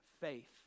faith